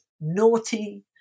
naughty